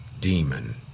demon